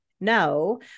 no